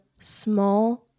small